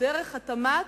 דרך התמ"ת,